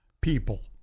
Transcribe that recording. people